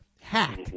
hack